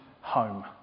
home